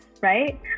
right